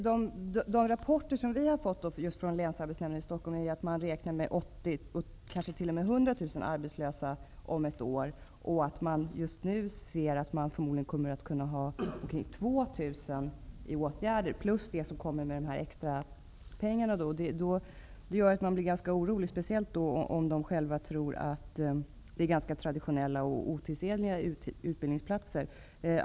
Herr talman! Av de rapporter som vi har fått från Länsarbetsnämnden i Stockholm kan utläsas att man räknar med 80 000-100 000 arbetslösa om ett år, och att man just nu ser möjlighet till åtgärder för ca 2 000, utöver vad de här extra pengarna kommer att innebära. Det gör att man blir ganska orolig, speciellt om det handlar om ganska traditionella och otidsenliga utbildningsplatser.